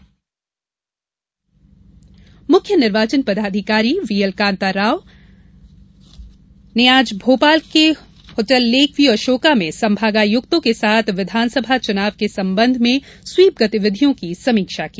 चुनाव समीक्षा बैठक मुख्य निर्वाचन पदाधिकारी व्हीएलकान्ता राव ने आज भोपाल के लेकव्यू अशोका में संभागायुक्तों के साथ विधान सभा चुनाव के संबंध में स्वीप गतिविधियों की समीक्षा की